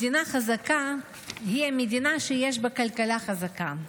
מדינה חזקה היא מדינה שיש בה כלכלה חזקה,